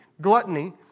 Gluttony